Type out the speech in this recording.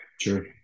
Sure